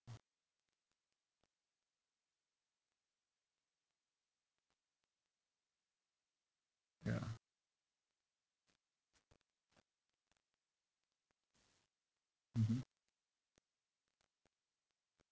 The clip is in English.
ya mmhmm